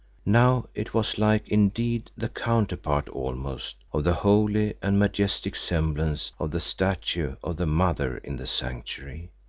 now it was like, indeed the counterpart almost, of the holy and majestic semblance of the statue of the mother in the sanctuary.